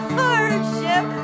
hardship